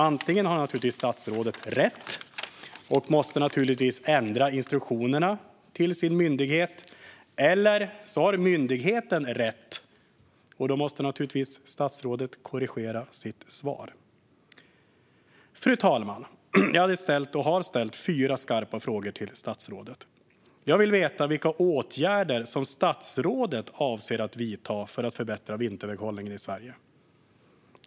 Antingen har statsrådet rätt och måste då ändra instruktionerna till sin myndighet, eller så har myndigheten rätt, och då måste statsrådet naturligtvis korrigera sitt svar. Fru talman! Jag har ställt fyra skarpa frågor till statsrådet. Jag vill veta vilka åtgärder som statsrådet avser att vidta för att förbättra vinterväghållningen i Sverige.